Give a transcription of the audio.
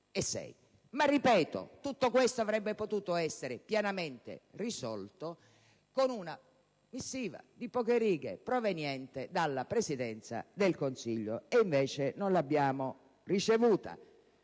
Ma - ripeto - tutto questo avrebbe potuto essere pienamente risolto con una missiva di poche righe proveniente dalla Presidenza del Consiglio; invece non l'abbiamo ricevuta.